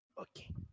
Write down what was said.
Okay